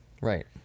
right